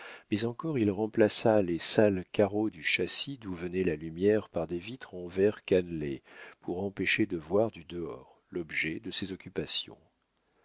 mais encore il remplaça les sales carreaux du châssis d'où venait la lumière par des vitres en verre cannelé pour empêcher de voir du dehors l'objet de ses occupations